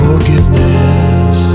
Forgiveness